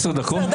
עשר דקות?